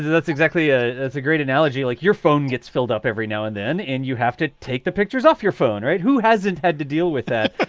that's exactly a great analogy. like your phone gets filled up every now and then and you have to take the pictures off your phone, right? who hasn't had to deal with that?